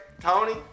Tony